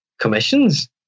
commissions